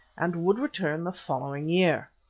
and would return the following year.